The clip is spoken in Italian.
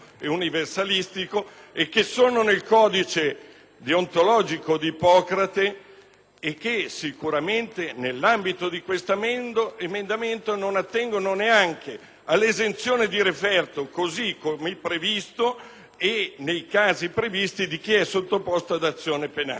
(e che sicuramente, nell'ambito di questo emendamento, non attengono neanche all'esenzione di referto, così come previsto e nei casi di chi è sottoposto ad azione penale). Queste garanzie fanno parte non solo - ovviamente - delle regole, ma soprattutto